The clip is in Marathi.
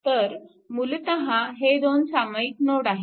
तर मूलतः हे दोन सामायिक नोड आहेत